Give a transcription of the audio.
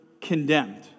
condemned